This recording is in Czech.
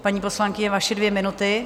Paní poslankyně, vaše dvě minuty.